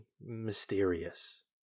mysterious